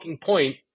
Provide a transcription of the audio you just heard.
point